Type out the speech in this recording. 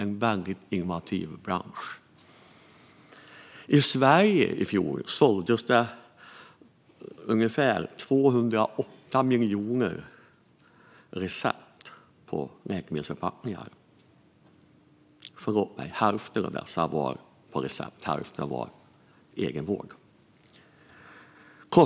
Det är en väldigt innovativ bransch. I Sverige såldes i fjol ungefär 208 miljoner läkemedelsförpackningar. Hälften av dessa var på recept, och hälften var för egenvård.